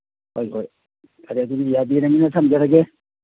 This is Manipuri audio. ꯍꯣꯏ ꯍꯣꯏ ꯐꯔꯦ ꯑꯗꯨꯗꯤ ꯌꯥꯕꯤꯔꯕꯅꯤꯅ ꯊꯝꯖꯔꯒꯦ